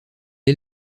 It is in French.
est